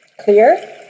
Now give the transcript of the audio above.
clear